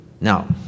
Now